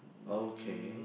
okay